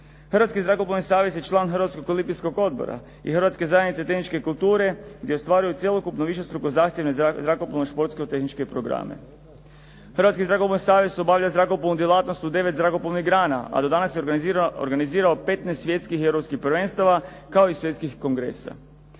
Hrvatski zrakoplovni savez je član Hrvatskog olimpijskog odbora i Hrvatske zajednice tehničke kulture gdje ostvaruju cjelokupno višestruko zahtjevne zrakoplovno tehničke programe. Hrvatski zrakoplovni savez obavlja zrakoplovnu djelatnost u 9 zrakoplovnih dana, a do danas je organizirao 15 svjetskih i europskih prvenstava, kao i svjetskih kongresa.